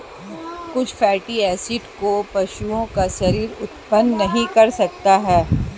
कुछ fatty acid को पशुओं का शरीर उत्पन्न नहीं कर सकता है